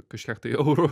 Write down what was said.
kažkiek tai eurų